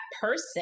person